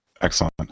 Excellent